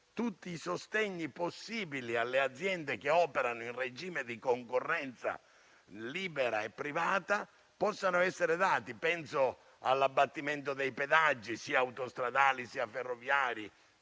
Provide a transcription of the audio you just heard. tutti i sostegni possibili alle aziende che operano in regime di concorrenza libera e privata, possa essere dato: penso all'abbattimento dei pedaggi sia autostradali sia ferroviari;